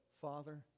Father